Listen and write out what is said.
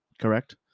correct